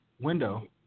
window